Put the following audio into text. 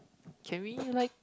can we like